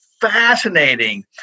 fascinating